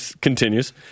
continues